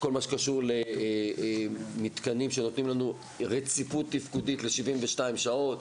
כל מה שקשור למתקנים שנותנים לנו רציפות תפקודית ל-72 שעות,